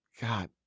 god